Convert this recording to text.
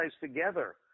together